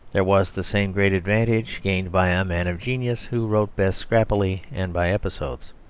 there was the same great advantage gained by a man of genius who wrote best scrappily and by episodes.